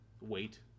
wait